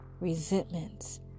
resentments